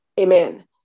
Amen